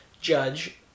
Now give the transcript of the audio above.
judge